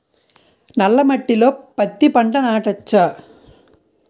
నల్ల మట్టిలో పత్తి పంట నాటచ్చా?